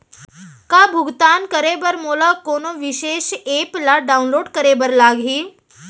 का भुगतान करे बर मोला कोनो विशेष एप ला डाऊनलोड करे बर लागही